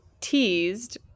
teased